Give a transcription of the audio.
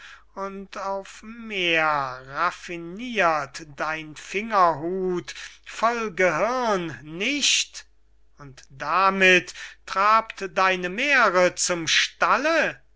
und auf mehr raffinirt dein fingerhut voll gehirn nicht und damit trabt deine mähre zum stalle